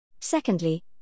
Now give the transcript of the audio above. Secondly